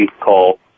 call